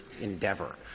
endeavor